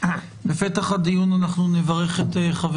מכובדי אנחנו מיד ניגש כמובן להציג את התקנות.